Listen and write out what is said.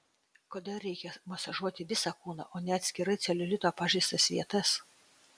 kodėl reikia masažuoti visą kūną o ne atskirai celiulito pažeistas vietas